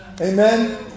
Amen